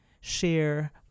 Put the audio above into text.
share